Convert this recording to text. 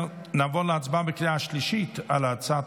נעבור להצבעה בקריאה שלישית על הצעת